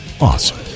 awesome